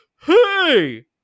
hey